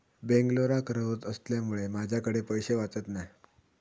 बेंगलोराक रव्हत असल्यामुळें माझ्याकडे पैशे वाचत नाय